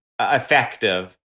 effective